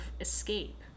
escape